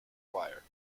choir